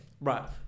right